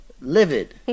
livid